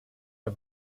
der